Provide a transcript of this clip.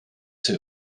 too